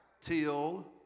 Till